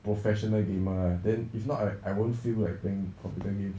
professional gamer lah then if not I I won't feel like playing computer game